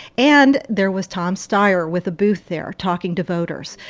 and there was tom steyer with a booth there talking to voters.